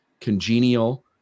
congenial